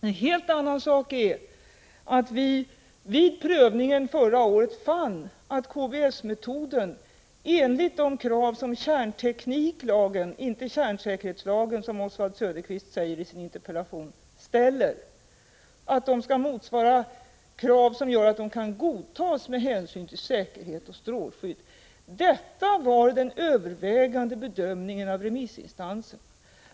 En helt annan sak är att vi vid prövningen förra året fann att KBS-metoden, enligt de krav som kärntekniklagen ställer — inte kärnsäkerhetslagen, som Oswald Söderqvist säger i sin interpellation — skall' motsvara sådana krav som kan godtas med hänsyn till säkerhet och strålskydd. Detta var den övervägande bedömningen när det gäller remissinstanserna.